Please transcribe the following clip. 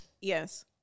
yes